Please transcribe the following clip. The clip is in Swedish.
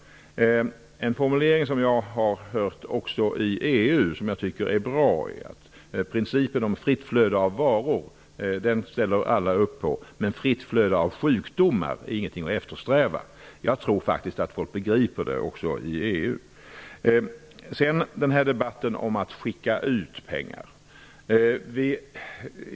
Jag har även i EU hört formuleringen att alla ställer upp på principen om ett fritt flöde av varor men att ett fritt flöde av sjukdomar inte är något att eftersträva. Det tycker jag är en bra formulering, och detta tror jag att folket i EU också begriper. Så till det som har sagts om att skicka ut pengar.